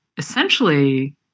Essentially